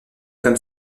comme